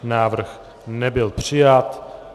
Návrh nebyl přijat.